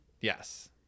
yes